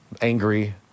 angry